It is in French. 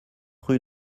rue